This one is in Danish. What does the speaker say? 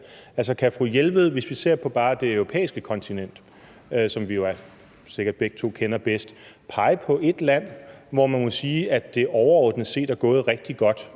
Marianne Jelved, hvis vi ser på bare det europæiske kontinent, som vi jo sikkert begge to kender bedst, pege på ét land, hvor man må sige, at det overordnet set er gået rigtig godt